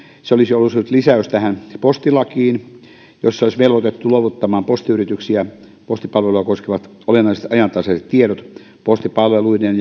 se olisi ollut lisäys postilakiin jolla postiyrityksiä olisi velvoitettu luovuttamaan postipalveluja koskevat olennaiset ja ajantasaiset tiedot postipalveluiden